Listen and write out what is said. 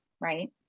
right